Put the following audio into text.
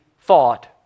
thought